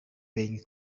being